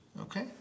Okay